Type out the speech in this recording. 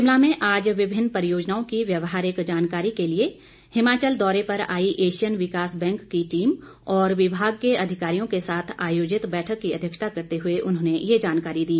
शिमला में आज विभिन्न परियोजनाओं की व्यवहारिक जानकारी के लिए हिमाचल दौरे पर आई एशियन विकास बैंक की टीम और विभाग के अधिकारियों के साथ आयोजित बैठक की अध्यक्षता करते हुए उन्होंने ये जानकारी दी